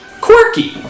quirky